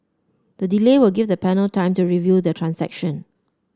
the delay will give the panel time to review the transaction